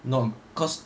no cause